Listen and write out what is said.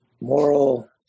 moral